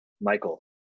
Michael